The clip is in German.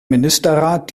ministerrat